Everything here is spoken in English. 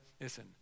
listen